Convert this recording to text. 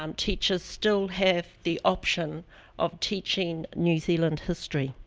um teachers still have the option of teaching new zealand history.